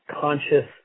conscious